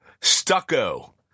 stucco